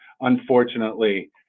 unfortunately